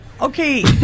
Okay